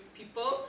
people